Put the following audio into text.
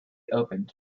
opened